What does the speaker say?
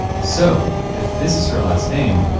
so if this is her last name,